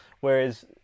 Whereas